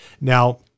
Now